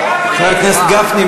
חבר הכנסת גפני,